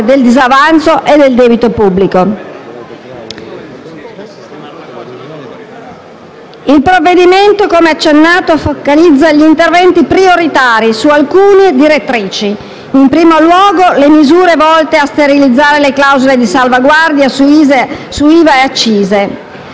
del disavanzo e del debito pubblico. Il provvedimento - come già accennato - focalizza gli interventi prioritari su alcune direttrici: in primo luogo, le misure volte a realizzare le clausole di salvaguardia su IVA e accise,